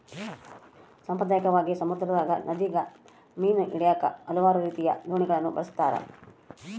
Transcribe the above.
ಸಾಂಪ್ರದಾಯಿಕವಾಗಿ, ಸಮುದ್ರದಗ, ನದಿಗ ಮೀನು ಹಿಡಿಯಾಕ ಹಲವಾರು ರೀತಿಯ ದೋಣಿಗಳನ್ನ ಬಳಸ್ತಾರ